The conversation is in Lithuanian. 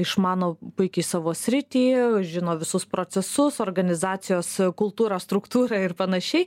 išmano puikiai savo sritį žino visus procesus organizacijos kultūrą struktūrą ir panašiai